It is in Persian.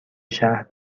شهر